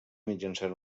mitjançant